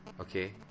Okay